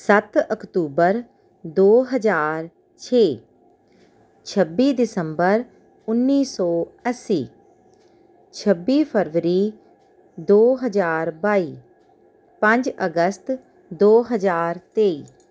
ਸੱਤ ਅਕਤੂਬਰ ਦੋ ਹਜ਼ਾਰ ਛੇ ਛੱਬੀ ਦਿਸੰਬਰ ਉੱਨੀ ਸੌ ਅੱਸੀ ਛੱਬੀ ਫਰਵਰੀ ਦੋ ਹਜ਼ਾਰ ਬਾਈ ਪੰਜ ਅਸਗਤ ਦੋ ਹਜ਼ਾਰ ਤੇਈ